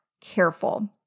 careful